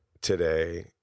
today